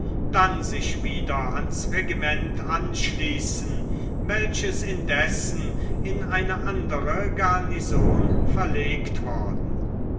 dann sich wieder ans regiment anschließen welches indessen in eine andere garnison verlegt worden